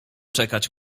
czekać